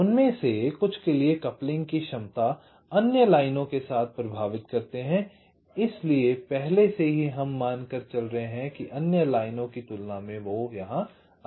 उनमें से कुछ के लिए कपलिंग की क्षमता अन्य लाइनों के साथ प्रभावित करते हैं हम पहले से ही मान कर चल रहे हैं अन्य लाइनों की तुलना में अधिक हो सकते हैं